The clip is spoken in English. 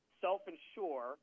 self-insure